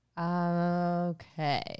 okay